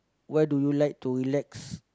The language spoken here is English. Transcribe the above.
where do you like to relax